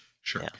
Sure